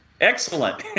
Excellent